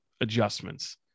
adjustments